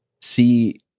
see